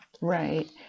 Right